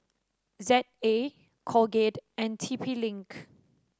Z A Colgate and T P Link